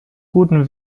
guten